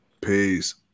Peace